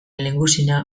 lehengusina